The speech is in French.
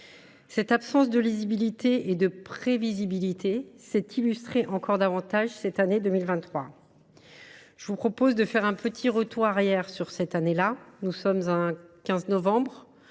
Cette absence de lisibilité et de prévisibilité s’est illustrée encore davantage en cette année 2023. Je vous propose de revenir un instant sur cette année. Nous sommes le 15 novembre,